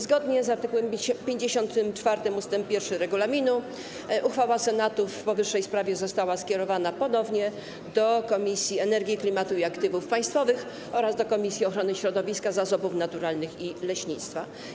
Zgodnie z art. 54 ust. 1 regulaminu uchwała Senatu w powyższej sprawie została skierowana ponownie do Komisji do Spraw Energii, Klimatu i Aktywów Państwowych oraz do Komisji Ochrony Środowiska, Zasobów Naturalnych i Leśnictwa.